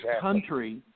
country